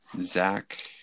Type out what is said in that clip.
Zach